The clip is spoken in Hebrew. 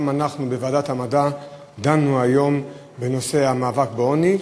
גם אנחנו בוועדת המדע דנו היום בנושא המאבק בעוני.